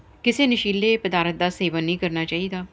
ਕਿਸੇ ਨਸ਼ੀਲੇ ਪਦਾਰਥ ਦਾ ਸੇਵਨ ਨਹੀਂ ਕਰਨਾ ਚਾਹੀਦਾ